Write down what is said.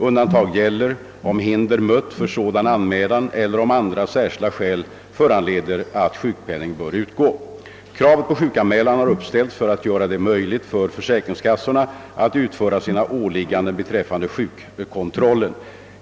Undantag «gäller, om hinder mött för sådan anmälan eller om andra särskilda skäl föranleder att sjukpenning bör utgå. Kravet på sjukanmälan har uppställts för att göra det möjligt för försäkringskassorna att utföra sina åligganden beträffande sjukkontrollen.